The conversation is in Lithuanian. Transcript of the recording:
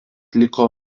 liko